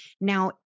Now